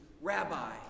rabbi